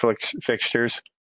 fixtures